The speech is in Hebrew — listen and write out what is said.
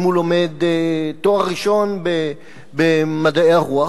אם הוא לומד לתואר ראשון במדעי הרוח,